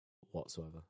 whatsoever